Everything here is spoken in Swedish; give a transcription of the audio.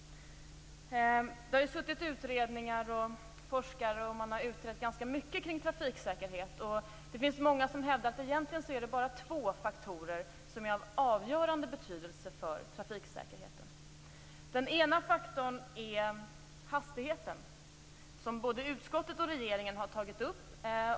Det har bedrivits utredningar och forskning. Man har utrett ganska mycket kring trafiksäkerhet. Det finns många som hävdar att det egentligen bara är två faktorer som är av avgörande betydelse för trafiksäkerheten. Den ena faktorn är hastigheten, som både utskottet och regeringen har tagit upp.